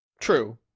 True